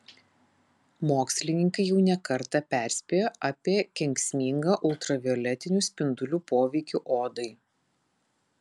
mokslininkai jau ne kartą perspėjo apie kenksmingą ultravioletinių spindulių poveikį odai